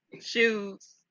shoes